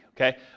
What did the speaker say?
Okay